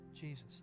Jesus